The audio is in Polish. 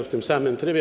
W tym samym trybie.